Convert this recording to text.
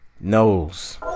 knows